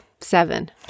seven